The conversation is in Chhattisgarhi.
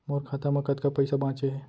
मोर खाता मा कतका पइसा बांचे हे?